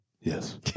Yes